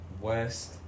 West